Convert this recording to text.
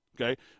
okay